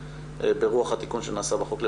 סימן שלא היה שבי